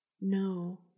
No